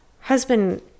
husband